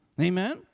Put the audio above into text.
Amen